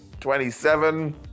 27